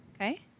Okay